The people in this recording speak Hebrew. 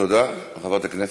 תודה לחברת הכנסת.